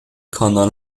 کانال